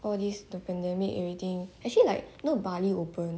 all this the pandemic everything actually like know bali open